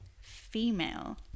female